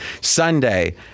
Sunday